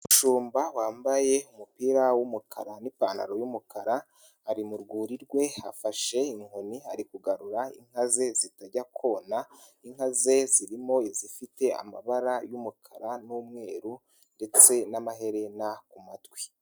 Umushumba wambaye umupira w'umukara n'ipantaro y'umukara, ari mu rwuri rwe afashe inkoni ari kugarura inka ze zitajya kona, inka ze zirimo izifite amabara y'umukara n'umweru ndetse n'amaherena ku matwi.